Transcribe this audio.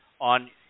on